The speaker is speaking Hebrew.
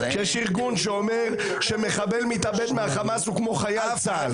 שיש ארגון שאומר שמחבל מתאבד מהחמאס הוא כמו חייל צה"ל.